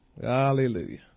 Hallelujah